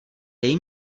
dej